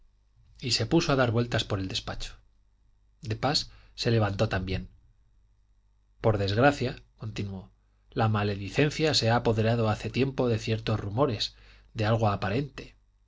y se puso a dar vueltas por el despacho de pas se levantó también por desgracia continuó la maledicencia se ha apoderado hace tiempo de ciertos rumores de algo aparente